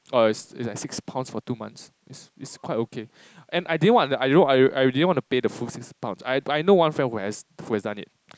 oh it's it's a six pounds for two months it's it's quite okay and I didn't want I didn't want to pay the full six pounds I know one friend who has who has done it